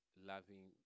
Loving